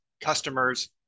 customers